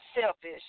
selfish